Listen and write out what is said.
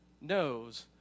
knows